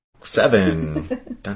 seven